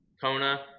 Kona